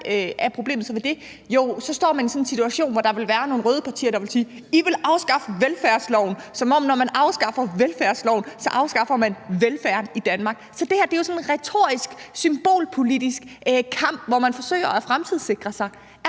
er problemet så med det? Jo, så står man i en situation, hvor der vil være nogle røde partier, der vil sige, at vi vil afskaffe velfærdsloven, som om man, når man afskaffer velfærdsloven, afskaffer velfærden i Danmark. Så det her er jo en retorisk, symbolpolitisk kamp, hvor man forsøger at fremtidssikre sig,